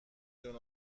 جون